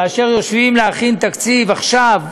כאשר יושבים להכין תקציב, עכשיו,